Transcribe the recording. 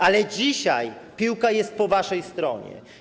Ale dzisiaj piłka jest po waszej stronie.